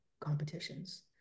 competitions